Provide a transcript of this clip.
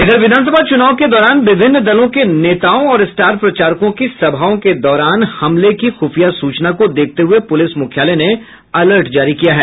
इधर विधानसभा चुनाव के दौरान विभिन्न दलों के नेताओं और स्टार प्रचारकों की सभाओं के दौरान हमले की खुफिया सूचना को देखते हुए पुलिस मुख्यालय ने अलर्ट जारी किया है